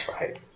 right